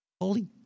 Holy